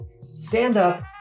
stand-up